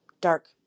dark